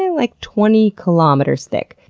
like twenty kilometers thick,